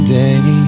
day